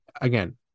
again